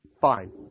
fine